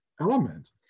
element